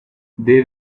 they